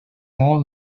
all